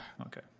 Okay